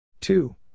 Two